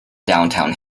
downtown